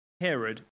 Herod